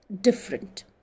different